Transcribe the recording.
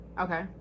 Okay